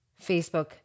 Facebook